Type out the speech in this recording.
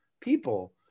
people